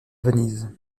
venise